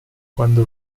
quando